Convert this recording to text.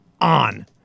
On